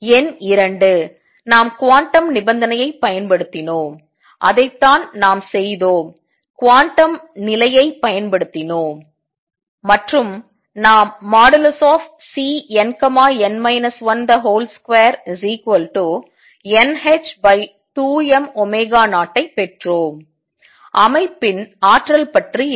எண் 2 நாம் குவாண்டம் நிபந்தனையைப் பயன்படுத்தினோம் அதைத்தான் நாம் செய்தோம் குவாண்டம் நிலையைப் பயன்படுத்தினோம் மற்றும் நாம் |Cnn 1 |2nh2m0 ஐ பெற்றோம் அமைப்பின் ஆற்றல் பற்றி என்ன